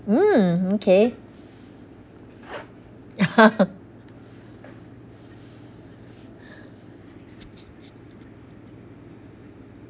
hmm okay